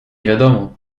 wiadomo